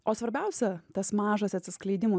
o svarbiausia tas mažas atsiskleidimų